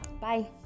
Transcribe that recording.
Bye